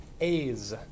A's